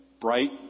bright